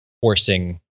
forcing